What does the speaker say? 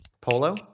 Polo